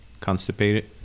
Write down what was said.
Constipated